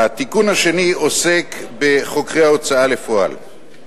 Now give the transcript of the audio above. התיקון השני עוסק בחוקרי ההוצאה לפועל.